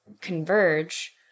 converge